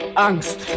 Angst